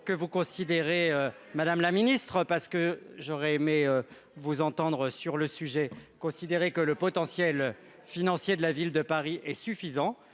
que vous considérez, Madame la Ministre, parce que j'aurais aimé vous entendre sur le sujet, considéré que le potentiel financier de la ville de Paris est suffisant,